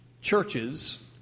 churches